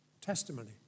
Testimony